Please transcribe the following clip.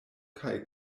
kaj